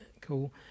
Cool